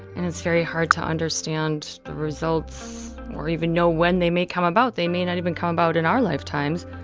and it's very hard to understand the results or even know when they may come about. they may not even come about in our lifetimes,